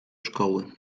szkoły